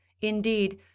Indeed